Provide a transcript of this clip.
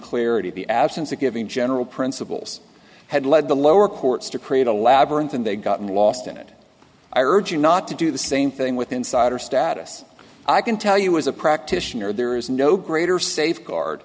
clarity of the absence of giving general principles had led the lower courts to create a labyrinth and they've gotten lost in it i urge you not to do the same thing with insider status i can tell you as a practitioner there is no greater safeguard